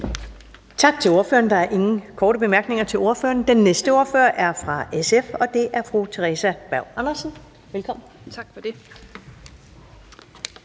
Tak til ordføreren. Der er ingen korte bemærkninger til ordføreren. Den næste ordfører er fra SF, og det er fru Theresa Berg Andersen. Velkommen. Kl.